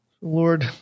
Lord